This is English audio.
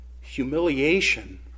humiliation